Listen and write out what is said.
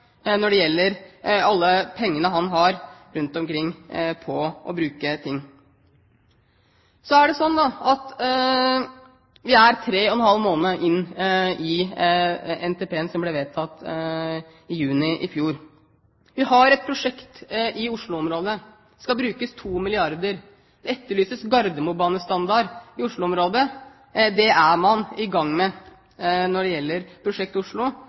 når det gjelder alle de pengene han har rundt omkring, og vil bruke til forskjellige ting. Så er det sånn at vi er tre og en halv måned inn i perioden for NTP-en som ble vedtatt i juni i fjor. Vi har et prosjekt i Oslo-området. Det skal brukes 2 milliarder kr. Det etterlyses gardermobanestandard i Oslo-området. Det er man i gang med når det gjelder Prosjekt